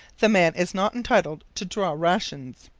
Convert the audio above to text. the man is not entitled to draw rations.